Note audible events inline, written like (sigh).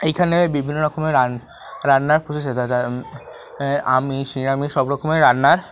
এইখানে বিভিন্ন রকমের (unintelligible) রান্নার (unintelligible) আমিষ নিরামিষ সব রকমের রান্নার